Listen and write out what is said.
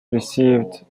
received